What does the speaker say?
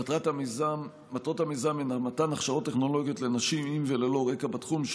מטרות המיזם הן מתן הכשרות טכנולוגיות לנשים עם רקע בתחום וללא רקע,